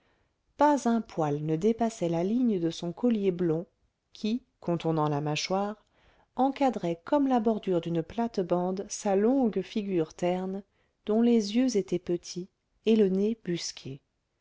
pas un poil ne dépassait la ligne de son collier blond qui contournant la mâchoire encadrait comme la bordure d'une plate-bande sa longue figure terne dont les yeux étaient petits et le nez busqué